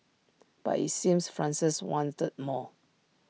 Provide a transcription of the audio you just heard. but IT seems Francis wanted more